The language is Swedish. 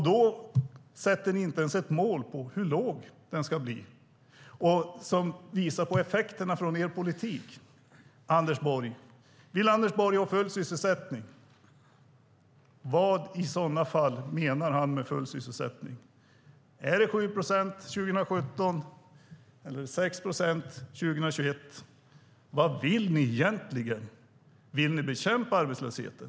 Då sätter ni inte ens upp ett mål för hur låg den ska bli och visar inte på effekterna av er politik. Vill Anders Borg ha full sysselsättning? Vad menar han i så fall med full sysselsättning? Är det 7 procent 2017 eller 6 procent 2021? Vad vill ni egentligen? Vill ni bekämpa arbetslösheten?